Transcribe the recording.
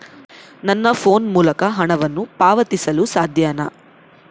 ನನ್ನ ಫೋನ್ ಮೂಲಕ ಹಣವನ್ನು ಪಾವತಿಸಲು ಸಾಧ್ಯನಾ?